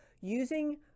using